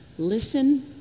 Listen